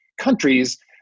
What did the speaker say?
countries